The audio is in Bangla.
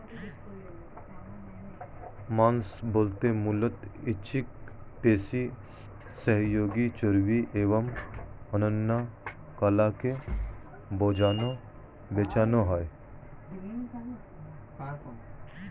মাংস বলতে মূলত ঐচ্ছিক পেশি, সহযোগী চর্বি এবং অন্যান্য কলাকে বোঝানো হয়